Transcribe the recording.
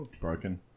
broken